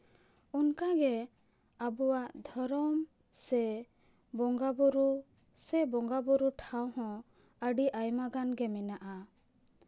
ᱚᱱᱠᱟᱜᱮ ᱟᱵᱚᱣᱟᱜ ᱫᱷᱚᱨᱚᱢ ᱥᱮ ᱵᱚᱸᱜᱟᱼᱵᱩᱨᱩ ᱥᱮ ᱵᱚᱸᱜᱟᱼᱵᱩᱨᱩ ᱴᱷᱟᱶ ᱦᱚᱸ ᱟᱹᱰᱤ ᱟᱭᱢᱟ ᱜᱟᱱ ᱜᱮ ᱢᱮᱱᱟᱜᱼᱟ